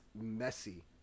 messy